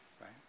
right